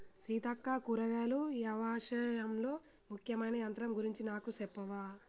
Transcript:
సీతక్క కూరగాయలు యవశాయంలో ముఖ్యమైన యంత్రం గురించి నాకు సెప్పవా